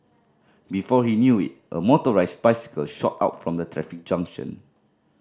before he knew it a motorised bicycle shot out from the traffic junction